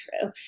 true